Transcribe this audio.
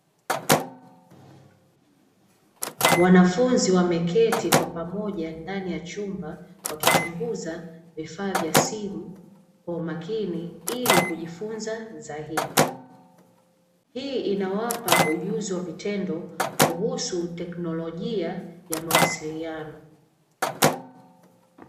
Wanafunzi wameketi kwa pamoja ndani ya chumba wakichunguza vifaa vya simu kwa umakini ili kujifunza zaidi, hii inawapa ujuzi wa vitendo kuhusu teknolojia ya mawasiliano.